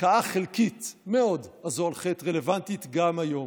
ההכאה החלקית-מאוד הזו על חטא רלוונטית גם היום.